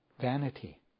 Vanity